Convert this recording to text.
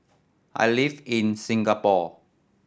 I live in Singapore